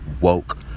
woke